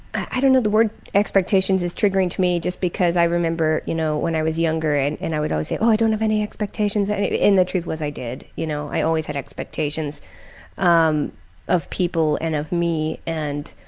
i don't know, the word expectations is triggering to me just because i remember you know when i was younger and and i would say, oh, i don't have any expectations. and the truth was i did, you know, i always had expectations um of people and of me and